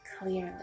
clearly